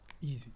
Easy